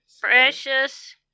precious